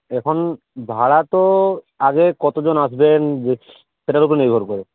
এখন ভাড়া তো আগে কতজন আসবেন সেটার ওপর নির্ভর করে